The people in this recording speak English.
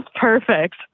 perfect